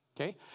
Okay